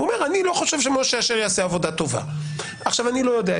הוא אומר שהוא לא חושב שמשה אשר יעשה עבודה טובה אני לא יודע,